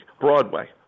Broadway